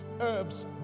herbs